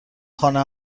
خانه